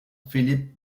philippe